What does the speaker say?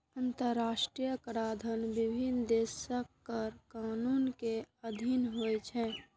अंतरराष्ट्रीय कराधान विभिन्न देशक कर कानून के अधीन होइ छै